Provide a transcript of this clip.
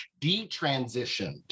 detransitioned